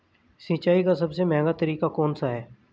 सिंचाई का सबसे महंगा तरीका कौन सा है?